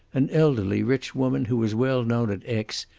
an elderly, rich woman who was well known at aix,